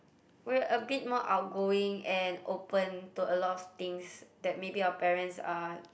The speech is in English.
we're a bit more outgoing and open to a lot of things that maybe our parents are